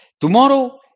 Tomorrow